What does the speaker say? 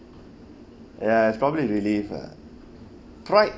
ya it's probably a relief ah pride